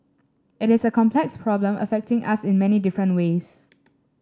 it is a complex problem affecting us in many different ways